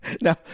Now